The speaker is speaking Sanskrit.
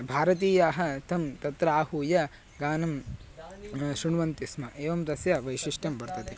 भारतीयाः तं तत्र आहूय गानं श्रुण्वन्ति स्म एवं तस्य वैशिष्ट्यं वर्तते